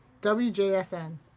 W-J-S-N